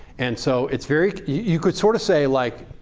and so it's very you could sort of say, like